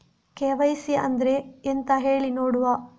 KYC ಅಂದ್ರೆ ಎಂತ ಹೇಳಿ ನೋಡುವ?